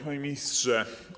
Panie Ministrze!